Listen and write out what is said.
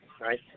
right